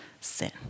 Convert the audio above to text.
sin